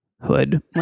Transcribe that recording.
hood